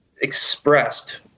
expressed